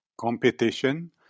Competition